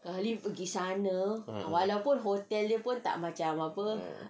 ah